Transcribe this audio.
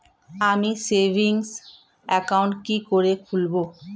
আমি savings account কি করে খুলব?